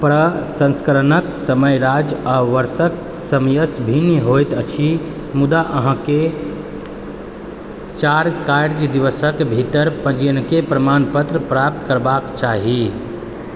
प्रसँस्करणके समय राज्य आओर वर्षके समयसँ भिन्न होइत अछि मुदा अहाँके चारि कार्य दिवसके भीतर पञ्जीयनके प्रमाणपत्र प्राप्त करबाके चाही